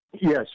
Yes